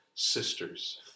Sisters